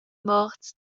morts